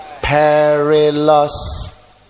perilous